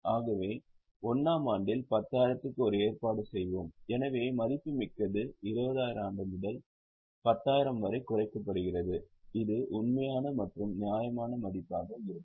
ஆகவே 1 ஆம் ஆண்டில் 10000 க்கு ஒரு ஏற்பாடு செய்வோம் எனவே மதிப்புமிக்கது 20000 முதல் 10000 வரை குறைக்கப்பட்டது இது உண்மையான மற்றும் நியாயமான மதிப்பாக இருக்கும்